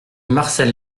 marcel